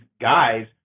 guys